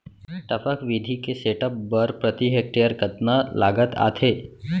टपक विधि के सेटअप बर प्रति हेक्टेयर कतना लागत आथे?